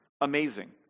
Amazing